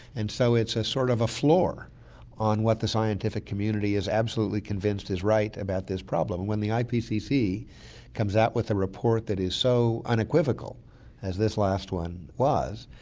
and so it's a sort of a floor on what the scientific community is absolutely convinced is right about this problem. when the ipcc comes out with a report that is so unequivocal as this last one was,